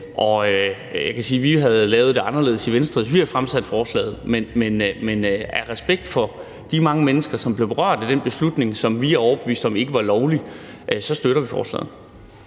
og jeg kan sige, at vi havde lavet det anderledes i Venstre, hvis vi havde fremsat forslaget, men af respekt for de mange mennesker, som blev berørt af den beslutning, som vi er overbevist om ikke var lovlig, støtter vi forslaget.